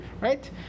right